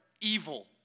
evil